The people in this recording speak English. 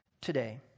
today